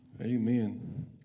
Amen